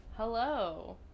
Hello